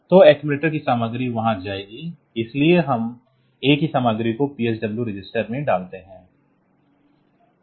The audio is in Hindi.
तो अक्सुमुलेटर की सामग्री वहां जाएगी इसलिए हम A की सामग्री को PSW रजिस्टर में डालते हैं